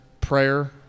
prayer